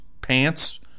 pants